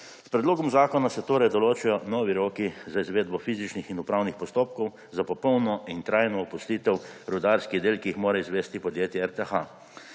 S predlogom zakona se torej določajo novi roki za izvedbo fizičnih in upravnih postopkov za popolno in trajno opustitev rudarskih del, ki jih mora izvesti podjetje RTH.